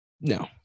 no